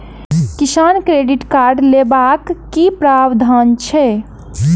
किसान credit card लेबाक की प्रावधान छै?